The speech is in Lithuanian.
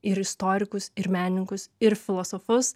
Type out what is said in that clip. ir istorikus ir menininkus ir filosofus